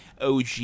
OG